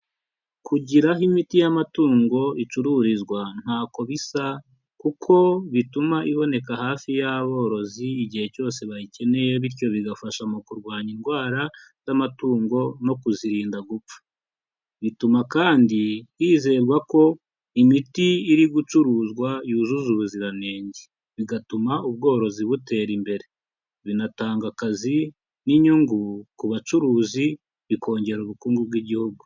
Kugira aho imiti y'amatungo icururizwa ntako bisa, kuko bituma iboneka hafi y'aborozi igihe cyose bayikeneye bityo bigafasha mu kurwanya indwara z'amatungo no kuzirinda gupfa. Bituma kandi hizerwa ko imiti iri gucuruzwa yujuje ubuziranenge, bigatuma ubworozi butera imbere. Binatanga akazi n'inyungu ku bacuruzi, bikongera ubukungu bw'igihugu.